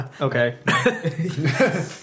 Okay